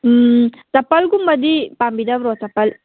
ꯎꯝ ꯆꯄꯜꯒꯨꯝꯕꯗꯤ ꯄꯥꯝꯕꯤꯗꯕ꯭ꯔꯣ ꯆꯥꯄꯜ